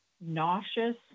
nauseous